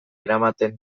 eramaten